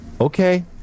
Okay